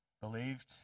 believed